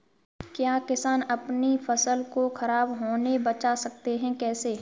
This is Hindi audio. क्या किसान अपनी फसल को खराब होने बचा सकते हैं कैसे?